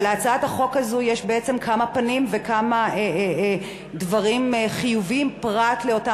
אבל להצעת החוק הזאת יש כמה פנים וכמה דברים חיוביים פרט לאותם